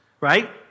right